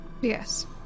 Yes